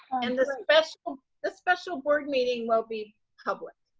and the special um the special board meeting will be public?